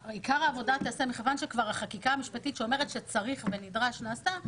מכיוון שהחקיקה המשפטית שאומרת שצריך ונדרש נעשתה,